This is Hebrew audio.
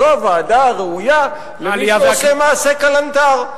זו הוועדה הראויה למי שעושה מעשה כלנתר.